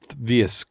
via